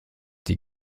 die